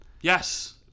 Yes